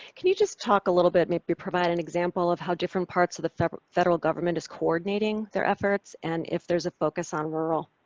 can you just talk a little bit, maybe provide an example of how different parts of the federal federal government is coordinating their efforts and if there is a focus on rural?